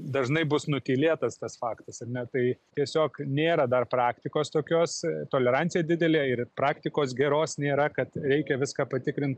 dažnai bus nutylėtas tas faktas ar ne tai tiesiog nėra dar praktikos tokios tolerancija didelė ir praktikos geros nėra kad reikia viską patikrint